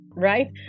Right